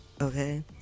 Okay